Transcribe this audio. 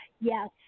yes